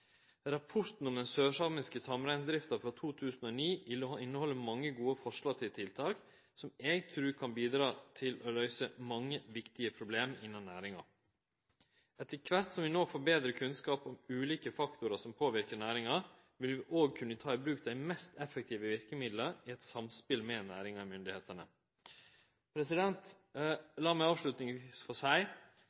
Rapporten om den sørsamiske tamreindrifta frå 2009 inneheld mange gode forslag til tiltak, som eg trur kan bidra til å løyse mange viktige problem innan næringa. Etter kvart som vi no får betre kunnskap om ulike faktorar som påverkar næringa, vil vi òg kunne ta i bruk dei mest effektive verkemidla, i eit samspel mellom næringa og myndigheitene. La meg avslutningsvis få seie